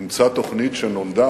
אימצה תוכנית שנולדה,